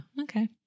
Okay